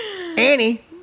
Annie